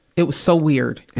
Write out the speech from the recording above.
it was so weird.